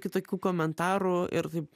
kitokių komentarų ir taip